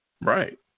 Right